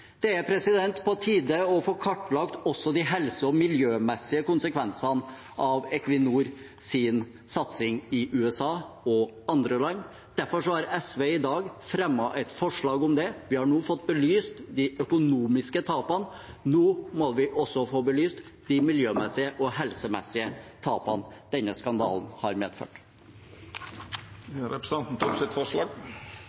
Det er på tide å få kartlagt også de helse- og miljømessige konsekvensene av Equinors satsing i USA og andre land. Derfor har SV i dag fremmet et forslag om det. Vi har nå fått belyst de økonomiske tapene. Nå må vi også få belyst de miljømessige og helsemessige tapene denne skandalen har medført.